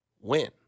win